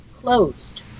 closed